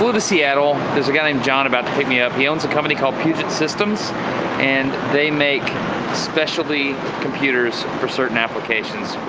to seattle. there's a guy named john about to pick me up. he owns a company called puget systems and they make specialty computers for certain applications.